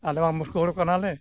ᱟᱞᱮᱢᱟ ᱢᱩᱨᱩᱠ ᱦᱚᱲ ᱠᱟᱱᱟᱞᱮ